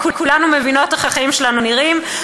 כי כולנו מבינות איך החיים שלנו נראים.